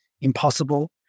impossible